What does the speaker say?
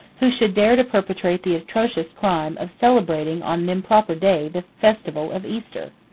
who should dare to perpetrate the atrocious crime of celebrating on an improper day the festival of easter.